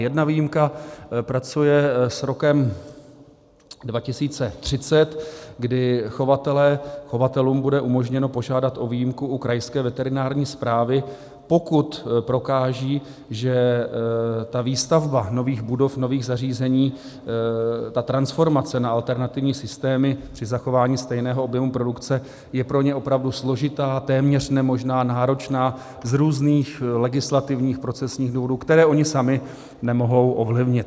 Jedna výjimka pracuje s rokem 2030, kdy chovatelům bude umožněno požádat o výjimku u krajské veterinární správy, pokud prokážou, že výstavba nových budov, nových zařízení, ta transformace na alternativní systémy při zachování stejného objemu produkce je pro ně složitá, téměř nemožná, náročná z různých legislativních, procesních důvodů, které oni sami nemohou ovlivnit.